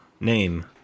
Name